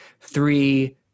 three